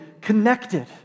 connected